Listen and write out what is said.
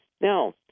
Now